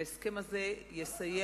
ההסכם הזה יסייע,